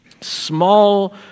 small